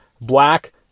Black